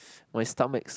my stomach